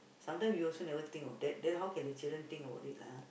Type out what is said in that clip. sometimes we also never think of that then how can the children think about it lah